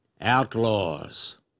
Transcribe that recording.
outlaws